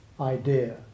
idea